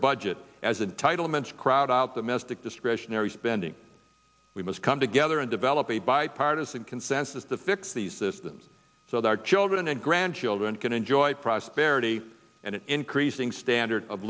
budget as entitlements crowd out the mystic discretionary spending we must come together and develop a bipartisan consensus to fix these systems so that children and grandchildren can enjoy prosperity and an increasing standard of